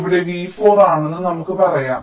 ഇവിടെ v4 ആണെന്ന് നമുക്ക് പറയാം